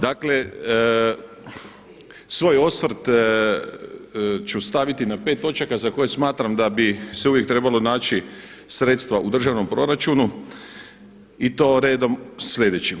Dakle, svoj osvrt ću staviti na 5 točaka za koje smatram da bi se uvijek trebalo naći sredstva u državnom proračunu i to redom sljedećim.